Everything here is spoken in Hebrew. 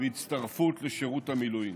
והצטרפות לשירות המילואים.